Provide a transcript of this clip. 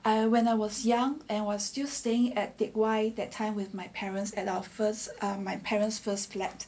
when I was young and was still staying at teck whye that time with my parents at our first ah my parents first flat